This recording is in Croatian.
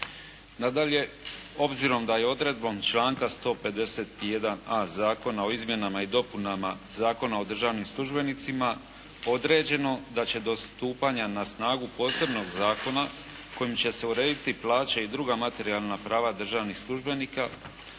Nadalje, obzirom da je odredbom članka 151.a Zakona o izmjenama i dopunama Zakona o državnim službenicima određeno da će do stupanja na snagu posebnog zakona kojim će se urediti plaće i druga materijalna prava državnih službenika,